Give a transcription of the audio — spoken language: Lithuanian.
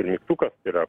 mygtukas yra